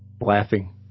laughing